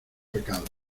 pecados